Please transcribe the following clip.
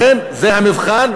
לכן זה המבחן,